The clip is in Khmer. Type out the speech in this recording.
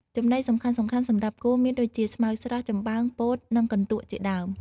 ចំណីសំខាន់ៗសម្រាប់គោមានដូចជា ស្មៅស្រស់ ចំបើង ពោត និងកន្ទក់ជាដើម។